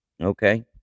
Okay